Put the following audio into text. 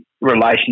relationship